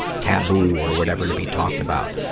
taboo or whatever to be talked about,